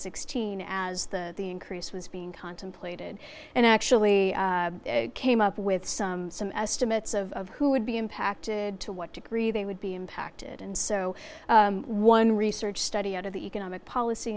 sixteen as the increase was being contemplated and actually came up with some some estimates of who would be impacted to what degree they would be impacted and so one research study out of the economic policy